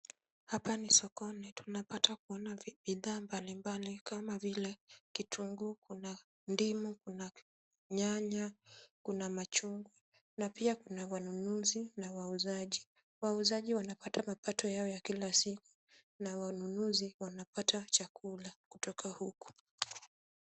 Hapa ni sokoni tunapata kuona bidhaa mbalimbali kama vile kitunguu, kuna ndimu, kuna nyanya, kuna machungwa na pia kuna wanunuzi na wauzaji. Wauzaji wanapata mapato yao ya kila siku na wanunuzi wanapata chakula kutoka huku.